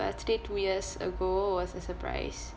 birthday two years ago was a surprise